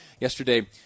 yesterday